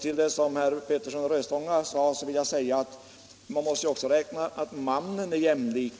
Till herr Petersson i Röstånga vill jag säga att man också måste räkna männen som jämlikar.